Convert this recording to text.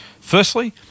firstly